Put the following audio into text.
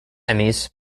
emmys